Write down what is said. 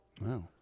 Wow